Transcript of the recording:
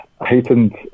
heightened